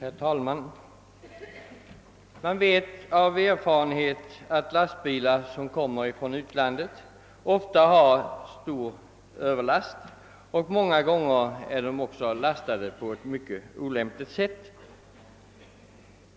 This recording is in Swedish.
Herr talman! Man vet av erfarenhet att lastbilar som kommier från utlandet ofta har stor överlast, och många gånger är de också lastade på ett mycket olämpligt sätt.